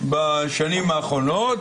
בשנים האחרונות,